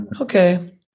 Okay